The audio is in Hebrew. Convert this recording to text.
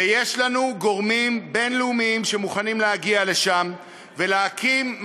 ויש לנו גורמים בין-לאומיים שמוכנים להגיע לשם ולהקים,